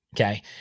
Okay